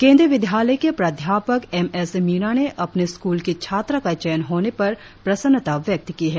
केंद्रीय विद्यायल के प्रद्यापक एम एस मीना ने अपने स्कूल की छात्रा का चयन होने पर प्रसन्नता व्यक्त की है